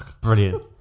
Brilliant